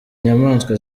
nyamaswa